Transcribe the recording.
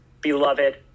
beloved